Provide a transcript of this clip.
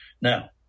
Now